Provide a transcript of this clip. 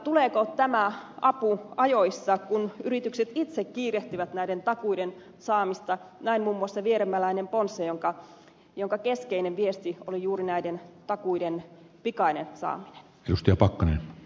tuleeko tämä apu ajoissa kun yritykset itse kiirehtivät näiden takuiden saamista näin muun muassa vieremäläinen ponsse jonka keskeinen viesti oli juuri näiden takuiden pikainen saaminen justin pakkanen